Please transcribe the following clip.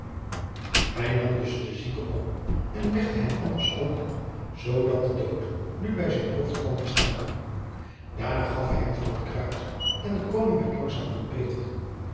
hij nam dus den zieke op en legde hem andersom zoodat de dood nu bij zijn hoofd kwam te staan daarna gaf hij hem van het kruid en de koning werd langzamerhand beter